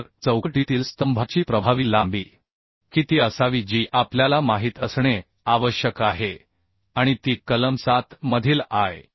तर चौकटीतील स्तंभाची प्रभावी लांबी किती असावी जी आपल्याला माहित असणे आवश्यक आहे आणि ती कलम 7 मधील आय